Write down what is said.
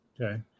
Okay